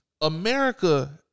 America